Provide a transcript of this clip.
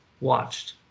watched